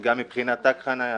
גם מבחינת תג חניה.